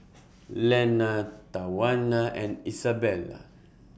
Lenna Tawana and Isabela